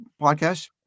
podcast